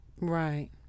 Right